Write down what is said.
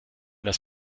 das